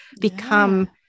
become